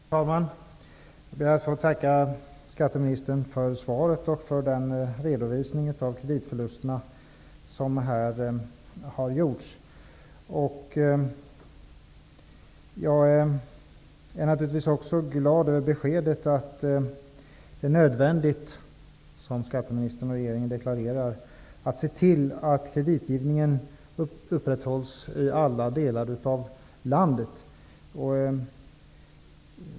Herr talman! Jag ber att få tacka skatteministern för svaret och för den redovisning av kreditförlusterna som här har gjorts. Jag är naturligtvis glad över beskedet att det är nödvändigt, som skatteministern och regeringen deklarerar, att se till att kreditgivningen upprätthålls i alla delar av landet.